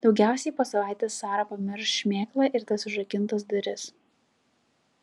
daugiausiai po savaitės sara pamirš šmėklą ir tas užrakintas duris